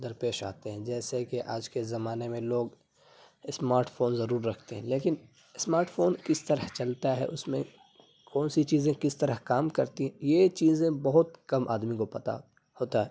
درپیش آتے ہیں جیسے کہ آج کے زمانے میں لوگ اسماٹ فون ضرور رکھتے ہیں لیکن اسماٹ فون کس طرح چلتا ہے اس میں کون سی چیزیں کس طرح کام کرتی ہیں یہ چیزیں بہت کم آدمی کو پتا ہوتا ہے